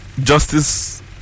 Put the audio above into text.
Justice